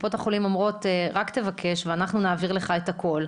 קופות החולים אומרות - רק תבקש ואנחנו נעביר לך את הכל.